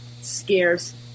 scarce